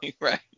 Right